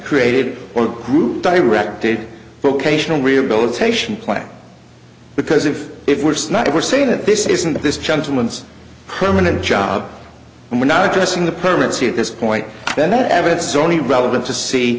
created or group directed vocational rehabilitation plan because if if we're snotty we're saying that this isn't this gentleman's permanent job and we're not addressing the permit see at this point then that evidence is only relevant to see